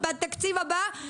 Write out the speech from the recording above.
בתקציב הבא,